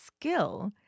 skill